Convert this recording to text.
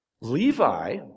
Levi